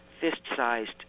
Fist-sized